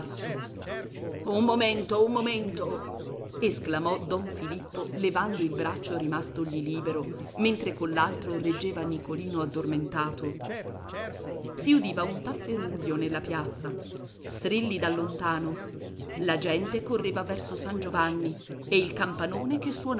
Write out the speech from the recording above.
un momento un momento esclamò don filippo levando il braccio rimastogli libero mentre coll'altro reggeva nicolino addormentato si udiva un tafferuglio nella piazza strilli da lontano la gente correva verso san giovanni e il campanone che